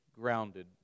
grounded